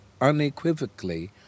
unequivocally